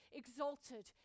exalted